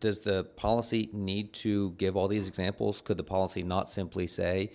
does the policy need to give all these examples could the policy not simply say